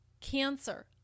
Cancer